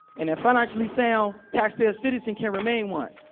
and a financially sound taxpaying citizen can remain one.